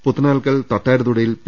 പുത്തനാൽക്കൽ തട്ടാ രുതൊടിയിൽ പി